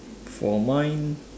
for mine